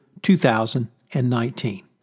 2019